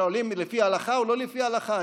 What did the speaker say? שואלים לפי ההלכה או לא לפי ההלכה.